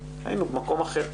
היינו במקום אחר,